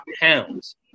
pounds